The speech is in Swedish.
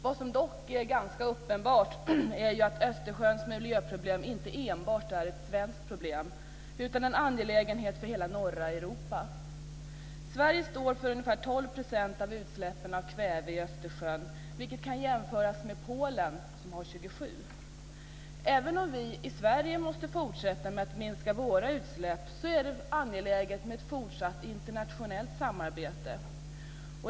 Vad som dock är ganska uppenbart är att Östersjöns miljöproblem inte enbart är ett svenskt problem utan en angelägenhet för hela norra Europa. Sverige står för ungefär 12 % av utsläppen av kväve i Östersjön, vilket kan jämföras med Polen som står för 27 %. Även om vi i Sverige måste fortsätta att minska våra utsläpp är det angeläget med ett fortsatt internationellt samarbete.